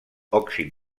òxid